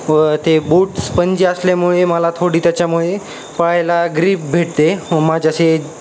व ते boot spongy असल्यामुळे मला थोडी त्याच्यामुळे पायाला ग्रीप भेटते व माझ्या असे